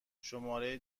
شماره